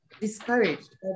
discouraged